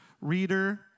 reader